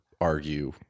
argue